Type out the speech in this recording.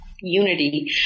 unity